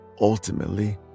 Ultimately